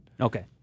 Okay